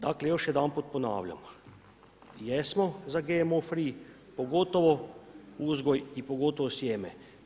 Dakle, još jedanput ponavljam, jesmo za GMO free, pogotovo uzgoj i pogotovo sjeme.